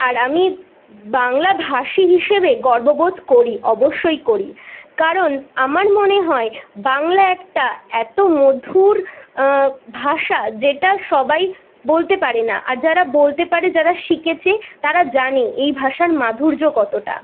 আর আমি বাংলাভাষী হিসেবে গর্ববোধ করি অবশ্যই করি কারণ আমার মনে হয় বাংলা একটা এত মধুর ভাষা যেটা সবাই বলতে পারে না আর যারা বলতে পারে যারা শিখেছে তারা জানে এই ভাষার মাধুর্য কতটা